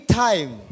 time